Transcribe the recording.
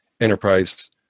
enterprise